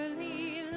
and the